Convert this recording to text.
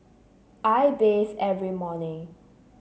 I bathe every morning